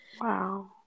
Wow